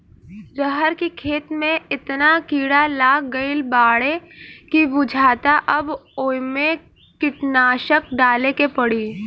रहर के खेते में एतना कीड़ा लाग गईल बाडे की बुझाता अब ओइमे कीटनाशक डाले के पड़ी